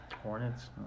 Hornets